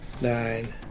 nine